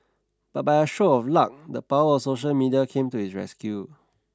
but by a stroke of luck the power of social media came to his rescue